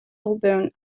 auburn